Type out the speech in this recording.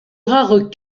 rares